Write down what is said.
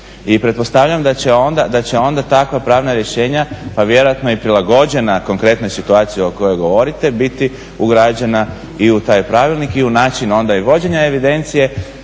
I pretpostavljam da će onda takva pravna rješenja pa vjerojatno i prilagođena konkretnoj situaciji o kojoj govorite biti ugrađena i u taj pravilnik i u način onda i vođenja evidencije